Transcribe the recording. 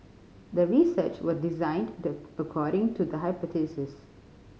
the research was designed according to the hypothesis